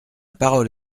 parole